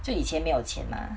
就以前没有钱 mah